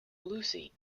lucy